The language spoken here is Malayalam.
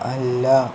അല്ല